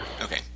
Okay